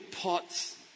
pots